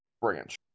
branch